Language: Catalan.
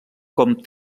com